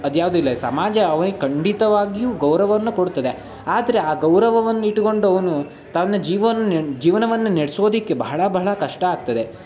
ಅದ್ಯಾವ್ದೂ ಇಲ್ಲ ಈ ಸಮಾಜ ಅವ್ನಿಗೆ ಖಂಡಿತವಾಗಿಯೂ ಗೌರವವನ್ನು ಕೊಡ್ತದೆ ಆದರೆ ಆ ಗೌರವವನ್ನು ಇಟ್ಗೊಂಡು ಅವನು ತನ್ನ ಜೀವನ ನೆಡೆ ಜೀವನವನ್ನು ನೆಡೆಸೋದಕ್ಕೆ ಬಹಳ ಬಹಳ ಕಷ್ಟ ಆಗ್ತದೆ